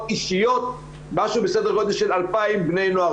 אישיות משהו בסדר גודל של 2,000 בני נוער,